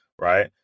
right